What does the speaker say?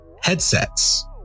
headsets